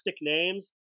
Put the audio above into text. names